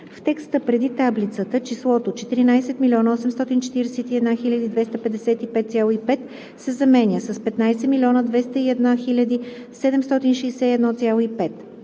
в текста преди таблицата числото „14 841 255,5“ се заменя с „15 201 761,5“.